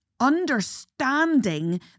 Understanding